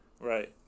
Right